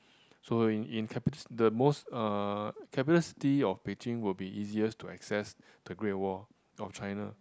so in in capit~ the most uh capital city of Beijing would be easiest to access to the Great Wall of China